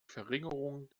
verringerung